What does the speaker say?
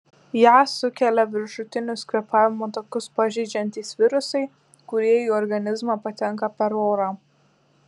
ją sukelia viršutinius kvėpavimo takus pažeidžiantys virusai kurie į organizmą patenka per orą